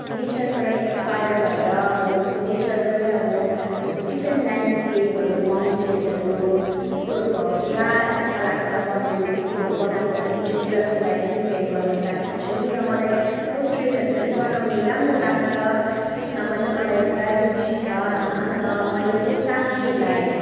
नेचरबाट inspire भएर अब नेचरकै अब अब डिफ्रेन्ट ल्यान्डस्केपहरू माउन्टेन्सहरू त्यस्तोहरूको अब पुरा इच्छा लाग्छ बनाउनु त्यस्तोहरू बनाएको पनि छु र त्यसलाई पनि फ्रेम गरेर राखेको छु र मलाई पोट्रेटहरू पनि बनाउनु राम्रो लाग्छ त्यसमा पनि मलाई पुरा रुचि छ होइन अन्त मैले चाहिँ साथीहरूलाई